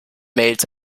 mails